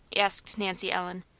asked nancy ellen.